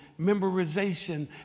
memorization